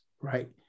right